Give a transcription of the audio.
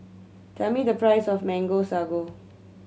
tell me the price of Mango Sago